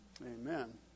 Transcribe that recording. Amen